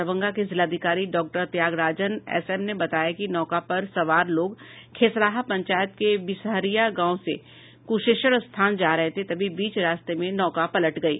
दरभंगा के जिलाधिकारी doctor Tyagarajan S M ने बताया कि नौका पर सवार लोग खेसराहा पंचायत के बिसहरिया गाँव से कुशेश्वरस्थान जा रहे थे तभी बीच रास्ते में नौका पलट गयी